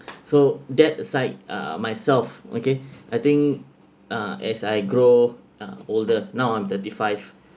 so that aside uh myself okay I think uh as I grow uh older now I'm thirty five